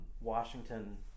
Washington